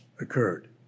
occurred